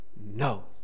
No